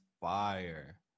fire